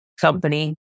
company